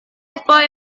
apa